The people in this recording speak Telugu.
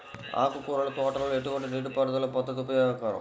ఆకుకూరల తోటలలో ఎటువంటి నీటిపారుదల పద్దతి ఉపయోగకరం?